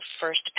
first